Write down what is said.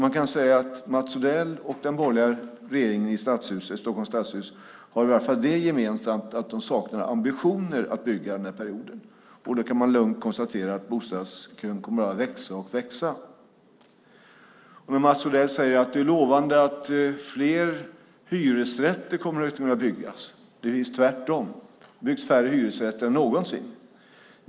Man kan säga att Mats Odell och den borgerliga regeringen i Stockholms stadshus i varje fall har det gemensamt att de saknar ambitioner att bygga den här perioden. Då kan man lugnt konstatera att bostadskön kommer att växa och växa. Mats Odell säger att det är lovande att fler hyresrätter kommer att kunna byggas. Det är precis tvärtom. Det byggs färre hyresrätter än någonsin.